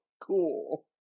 Cool